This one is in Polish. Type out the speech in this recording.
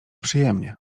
przyjemnie